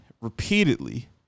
repeatedly